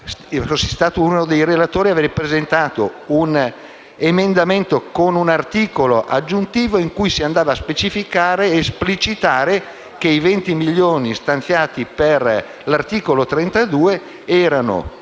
uno dei relatori, avrei presentato un emendamento con un articolo aggiuntivo, in cui si andasse a specificare ed esplicitare che i 20 milioni stanziati per l'articolo 32 erano